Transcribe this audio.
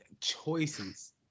choices